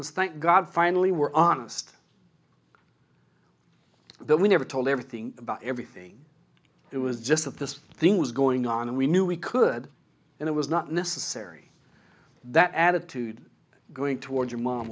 and thank god finally we're honest that we never told everything about everything it was just of this thing was going on and we knew we could and it was not necessary that attitude going toward your mom